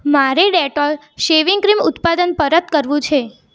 મારે Dettol shaving cream ઉત્પાદન પરત કરવું છે